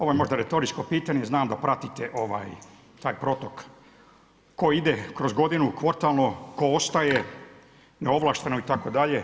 Ovo je možda retoričko pitanje, znam da pratite taj protok tko ide kroz godinu, ... tko ostaje neovlašteno itd.